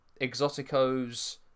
Exoticos